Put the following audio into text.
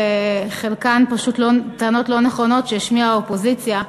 חלקן פשוט טענות לא נכונות שהשמיעה האופוזיציה.